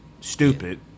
stupid